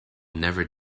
never